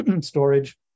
storage